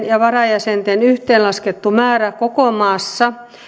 ja varajäsenten yhteenlaskettu määrä koko maassa